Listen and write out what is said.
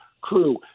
crew